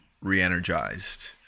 re-energized